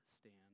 stand